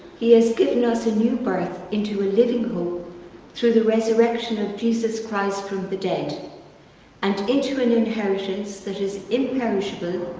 he has given us a new birth into a living hope through the resurrection of jesus christ from the dead and into an inheritance that is imperishable,